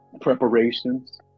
Preparations